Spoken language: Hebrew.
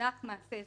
למונח "מעשה זנות".